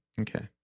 Okay